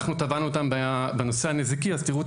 אנחנו תבענו אותם בנושא הנזיקי תראו את